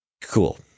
Cool